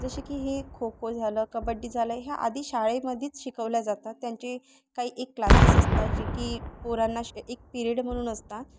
जसे की हे खो खो झालं कबड्डी झालं ह्या आधी शाळेमध्येच शिकवल्या जातात त्यांचे काही एक क्लासेस असतात जी की पोरांना श एक पिरिड म्हणून असतात